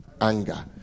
anger